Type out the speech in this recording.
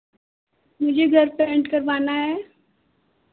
मुझे घर पैंट करवाना है